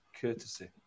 courtesy